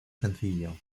sencillo